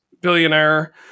billionaire